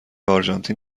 آرژانتین